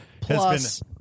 plus